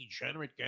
degenerate